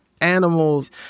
animals